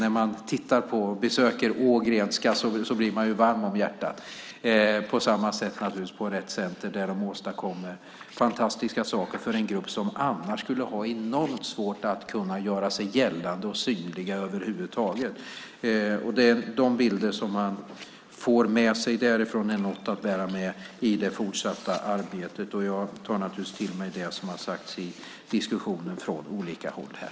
När man besöker Ågrenska stiftelsen blir man varm om hjärtat. De åstadkommer fantastiska saker för en grupp som annars skulle ha enormt svårt att göra sig gällande och över huvud taget synlig. Det är de bilder man får med sig därifrån, och det är något att bära med sig i det fortsatta arbetet. Jag tar naturligtvis med mig det som har sagts i diskussionen från olika håll här.